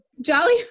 jolly